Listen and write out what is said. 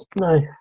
No